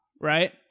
right